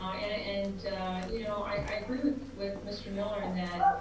um and and you know i agree with with mr. miller in that,